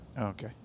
Okay